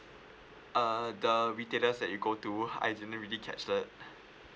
uh the retailers that you go to I didn't really catch that